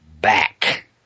back